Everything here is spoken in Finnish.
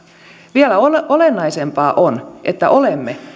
vielä olennaisempaa on että olemme